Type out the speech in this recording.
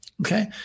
okay